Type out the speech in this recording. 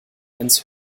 ins